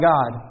God